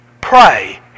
pray